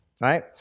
right